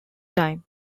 time